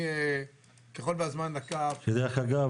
דרך אגב,